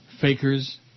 fakers